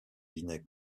vinay